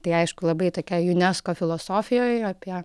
tai aišku labai tokia junesko filosofijoj apie